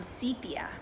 sepia